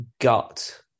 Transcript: gut